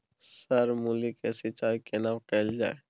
Sir मूली के सिंचाई केना कैल जाए?